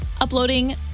uploading